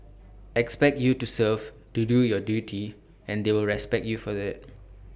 expect you to serve to do your duty and they will respect you for IT